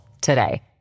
today